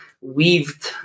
weaved